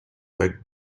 leg